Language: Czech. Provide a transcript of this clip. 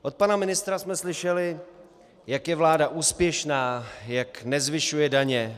Od pana ministra jsme slyšeli, jak je vláda úspěšná, jak nezvyšuje daně.